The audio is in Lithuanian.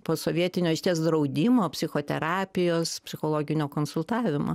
posovietinio išties draudimo psichoterapijos psichologinio konsultavimo